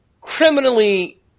criminally